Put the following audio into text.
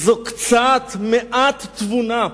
קצת, מעט, תבונה.